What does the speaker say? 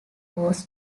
was